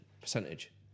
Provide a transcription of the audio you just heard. percentage